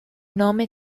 nome